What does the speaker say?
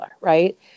right